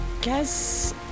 Guess